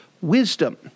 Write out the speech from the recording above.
wisdom